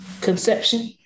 conception